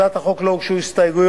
להצעת החוק לא הוגשו הסתייגויות.